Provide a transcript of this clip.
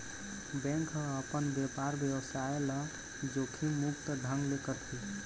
bank ह अपन बेपार बेवसाय ल जोखिम मुक्त ढंग ले करथे